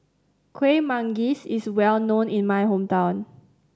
Kueh Manggis is well known in my hometown